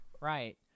Right